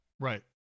Right